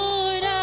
Lord